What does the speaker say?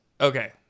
Okay